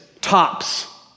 tops